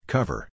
Cover